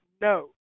no